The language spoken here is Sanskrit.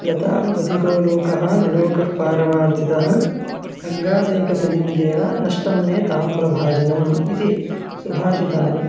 गतानुगतिको लोकः न लोकः पारवार्थितः गङ्गासैकतलिङ्गेन नष्टं मे ताम्रभाजनम् इति सुभाषितानि